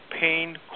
pain